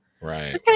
Right